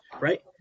right